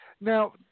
Now